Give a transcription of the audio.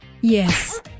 Yes